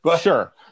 Sure